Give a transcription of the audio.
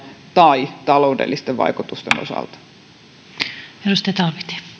tai ta loudellisten vaikutusten osalta arvoisa